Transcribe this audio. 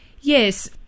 Yes